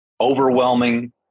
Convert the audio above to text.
overwhelming